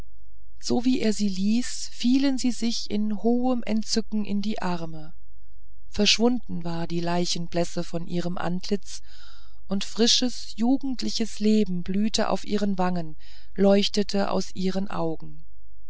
so wie er sie ließ fielen sie sich in hohem entzücken in die arme verschwunden war die leichenblässe von ihrem antlitz und frisches jugendliches leben blühte auf ihren wangen leuchtete aus ihren augen